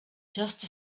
just